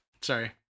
sorry